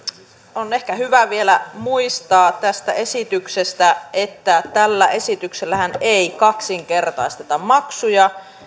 on ehkä hyvä vielä muistaa tästä esityksestä että tällä esityksellähän ei kaksinkertaisteta maksuja